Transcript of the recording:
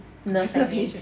better patient